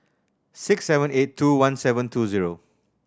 six seven eight two one seven two zero